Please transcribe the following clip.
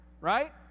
right